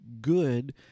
good